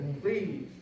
Please